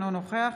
אינו נוכח